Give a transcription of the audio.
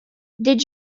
did